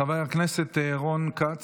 חבר הכנסת רון כץ,